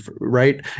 right